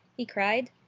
he cried.